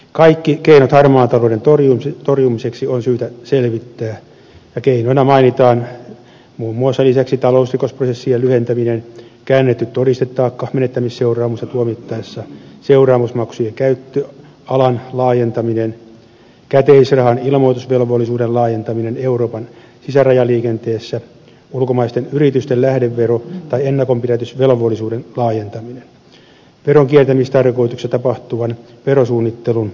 kaikki keinot harmaan talouden torjumiseksi on syytä selvittää ja keinoina mainitaan lisäksi muun muassa talousrikosprosessien lyhentäminen käännetty todistetaakka menettämisseuraamusta tuomittaessa seuraamusmaksujen käyttöalan laajentaminen käteisrahan ilmoitusvelvollisuuden laajentaminen euroopan sisärajaliikenteessä ulkomaisten yritysten lähdevero tai ennakonpidätysvelvollisuuden laajentaminen veronkiertämistarkoituksessa tapahtuvan verosuunnittelun ehkäiseminen